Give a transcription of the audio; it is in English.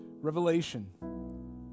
Revelation